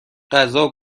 غذا